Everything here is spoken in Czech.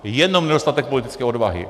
Jenom nedostatek politické odvahy.